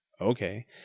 okay